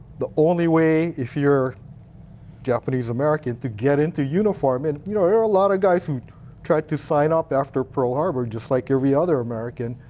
the only way, if you're japanese-american, to get into uniform, and you know there are a lot of guys who tried to sign up after pearl harbor, just like every other american,